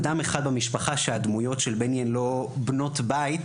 אדם אחד במשפחה שהדמויות של בני הן לא בנות בית,